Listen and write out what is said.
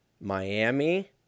Miami